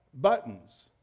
buttons